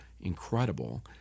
incredible